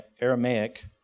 Aramaic